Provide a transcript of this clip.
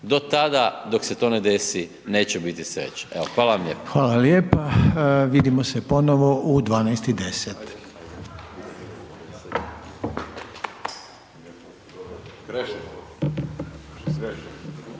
Do tada, dok se to ne desi neće biti sreće. Evo, hvala vam lijepo.